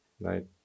right